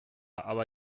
aber